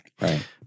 Right